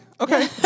okay